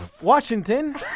Washington